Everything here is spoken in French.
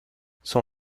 son